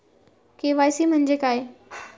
KYC म्हणजे काय?